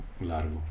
largo